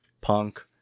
punk